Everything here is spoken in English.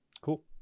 cool